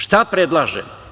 Šta predlažem?